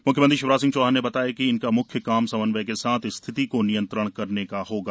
म्ख्यमंत्री शिवराज सिंह चौहान ने बताया कि इनका म्ख्य काम समन्वय के साथ स्थिति को नियंत्रण में करने का होगा